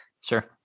sure